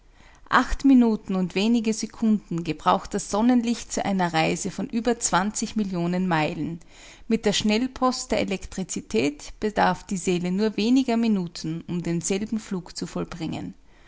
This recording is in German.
acht minuten und wenige sekunden gebraucht das sonnenlicht zu einer reise von über zwanzig millionen meilen mit der schnellpost der elektrizität bedarf die seele nur weniger minuten um denselben flug zu vollbringen